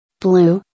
Blue